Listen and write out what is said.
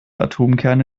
atomkerne